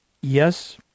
yes